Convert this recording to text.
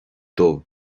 dubh